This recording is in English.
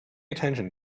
attention